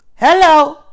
hello